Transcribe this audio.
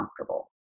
comfortable